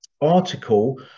article